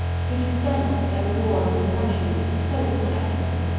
who dispensed their rewards and punishments with so little equity,